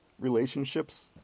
relationships